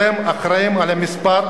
אתם אחראים למספר,